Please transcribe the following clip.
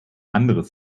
anderes